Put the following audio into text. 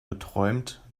geträumt